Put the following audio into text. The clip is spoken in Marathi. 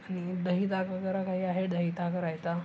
आणि दही ताक वगैरे काही आहे दही ताक रायता